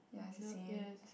ya it's the same